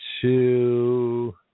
two